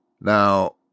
Now